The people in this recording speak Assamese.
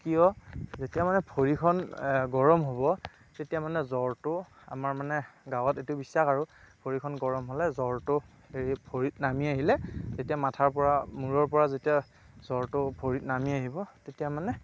কিয় যেতিয়া মানে ভৰিখন গৰম হ'ব তেতিয়া মানে জ্বৰটো আমাৰ মানে গাঁৱত এইটো বিশ্বাস আৰু ভৰিখন গৰম হ'লে জ্বৰটো হেৰি ভৰিত নামি আহিলে তেতিয়া মাথাৰ পৰা মূৰৰ পৰা যেতিয়া জ্বৰটো ভৰিত নামি আহিব তেতিয়া মানে